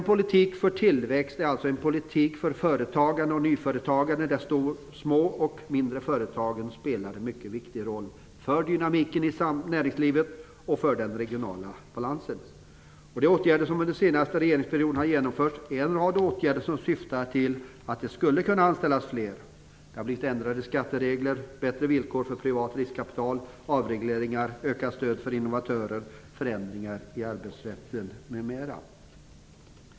En politik för tillväxt är alltså en politik för företagande och nyföretagande, där de små och mindre företagen spelar en mycket viktig roll för dynamiken i näringslivet och för den regionala balansen. De åtgärder som under den senaste regeringsperioden har genomförts är en rad åtgärder som syftar till att det skulle kunna anställas fler. Det har blivit ändrade skatteregler, bättre villkor för privat riskkapital, avregleringar, ökat stöd för innovatörer, förändringar i arbetsrätten, m.m.